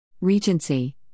Regency